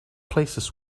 places